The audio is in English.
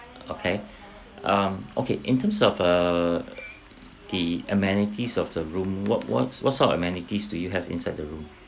okay um okay in terms of err the amenities of the room what what s~ what sort of amenities do you have inside the room